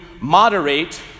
moderate